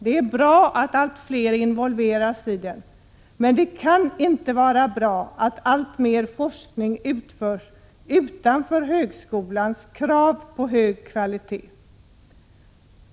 Det är bra att allt fler involveras i den, men det kan inte vara bra att alltmer forskning utförs utan högskolans krav på hög kvalitet.